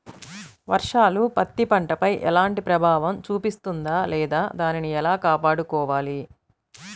వర్షాలు పత్తి పంటపై ఎలాంటి ప్రభావం చూపిస్తుంద లేదా దానిని ఎలా కాపాడుకోవాలి?